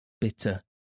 bitter